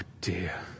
dear